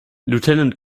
lieutenant